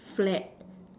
flat